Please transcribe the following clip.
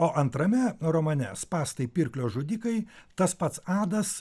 o antrame romane spąstai pirklio žudikai tas pats adas